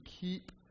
keep